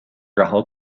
رها